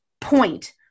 point